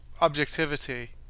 objectivity